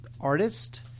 artist